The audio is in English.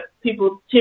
people